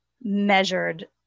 measured